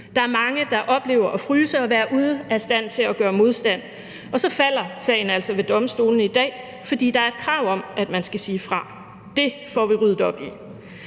Der er mange, der oplever at fryse og være ude af stand til at gøre modstand, og så falder sagen altså ved domstolene i dag, fordi der er krav om, at man skal sige fra. Det får vi ryddet op i.